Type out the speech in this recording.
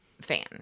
fan